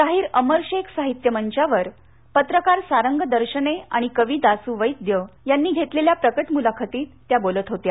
शाहीर अमरशेख साहित्य मंचावर पत्रकार सारंग दर्शने आणि कवी दासू वैद्य यांनी घेतलेल्या प्रकट मूलाखतीत बोलत होत्या